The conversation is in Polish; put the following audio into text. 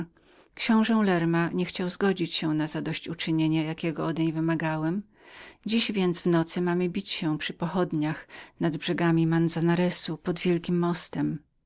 książe lerna niechciał zgodzić się na złożenie mi usprawiedliwienia jakiego po nim wymagałem dziś więc wieczorem mamy bić się przy pochodniach nad brzegami manzanaresu pod wielkim mostem